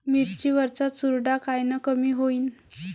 मिरची वरचा चुरडा कायनं कमी होईन?